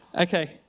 Okay